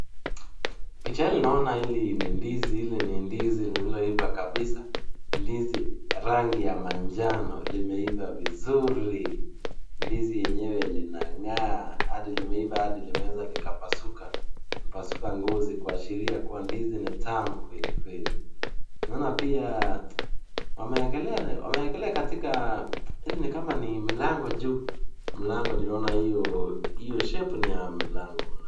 Picha hii naona hili ni ndizi. Hili ni ndizi lililoiva kabisa. Ndizi rangi ya manjano, limeiva vizuri. Ndizi yenyewe linang'aa, hadi limeiva hadi limeweza likapasuka, likapasuka ngozi kuashiria kuwa ndizi ni tamu kweli kweli. Naona pia wameekelea katika hili ni kama ni milango juu. Mlango juu naona hiyo hiyo shape ni ya milango.